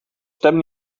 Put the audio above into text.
stem